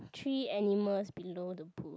three animals below the bush